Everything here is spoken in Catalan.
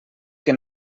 que